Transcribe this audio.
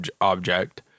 object